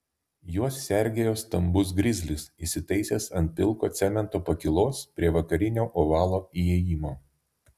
juos sergėjo stambus grizlis įsitaisęs ant pilko cemento pakylos prie vakarinio ovalo įėjimo